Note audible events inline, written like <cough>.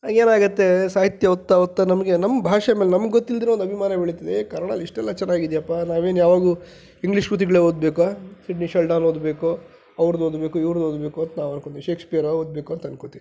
ಏನಾಗುತ್ತೆ ಸಾಹಿತ್ಯ ಹೋಗ್ತಾ ಹೋಗ್ತಾ ನಮಗೆ ನಮ್ಮ ಭಾಷೆ ಮೇಲೆ ನಮ್ಗೆ ಗೊತ್ತಿಲ್ದಿರ ಒಂದು ಅಭಿಮಾನ ಬೆಳೀತದೆ ಏ ಕನ್ನಡ ಇಷ್ಟೆಲ್ಲ ಚೆನ್ನಾಗಿದೆಯಪ್ಪಾ ನಾವೇನು ಯಾವಾಗ್ಲೂ ಇಂಗ್ಲೀಷ್ ಕೃತಿಗಳೇ ಓದಬೇಕಾ <unintelligible> ಓದಬೇಕು ಅವ್ರದ್ದು ಓದಬೇಕು ಇವ್ರದ್ದು ಓದಬೇಕು ಅಂತ ನಾವು ಅಂದ್ಕೋತೀವಿ ಶೇಕ್ಸ್ಪಿಯರ್ ಓದಬೇಕು ಅಂತ ಅಂದ್ಕೋತೀವಿ